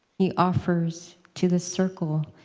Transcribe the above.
he offers to the circle,